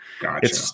Gotcha